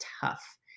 tough